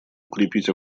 укрепить